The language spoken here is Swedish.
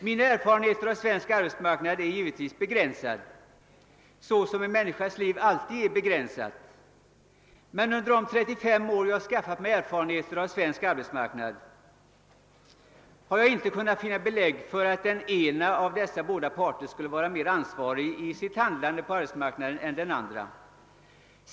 Mina egna erfarenheter av svensk arbetsmarknad är givetvis begränsade, eftersom en människas livserfarenheter alltid är begränsade. Men under de 35 år jag skaffat mig kunskaper om svensk arbetsmarknad har jag inte kunnat finna belägg för att den ena av dessa båda parter skulle vara mera ansvarskännande i sitt handlande på arbetsmarknaden än den andra.